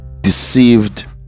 deceived